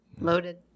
Loaded